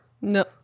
No